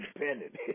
independent